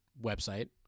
website